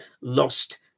lost